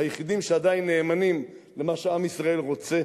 היחידים שעדיין נאמנים למה שעם ישראל רוצה,